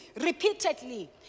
repeatedly